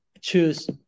choose